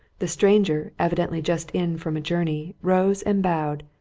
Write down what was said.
the stranger, evidently just in from a journey, rose and bowed,